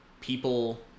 people